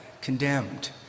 condemned